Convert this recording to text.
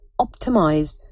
optimized